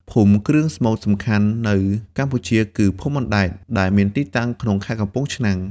ភូមិគ្រឿងស្មូនសំខាន់នៅកម្ពុជាគឺ ភូមិអណ្ដែត ដែលមានទីតាំងក្នុងខេត្តកំពង់ឆ្នាំង។